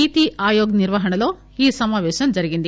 నీతీ ఆయోగ్ నిర్వహణలో ఈ సమాపేశం జరిగింది